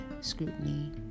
scrutiny